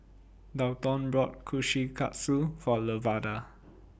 Dalton bought Kushikatsu For Lavada